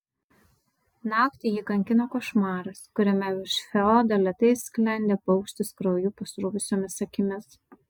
naktį jį kankino košmaras kuriame virš feodo lėtai sklendė paukštis krauju pasruvusiomis akimis